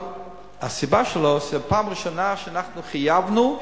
הסיבה שלה היא שפעם ראשונה שאנחנו חייבנו,